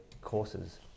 courses